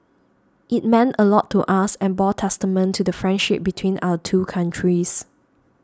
it meant a lot to us and bore testament to the friendship between our two countries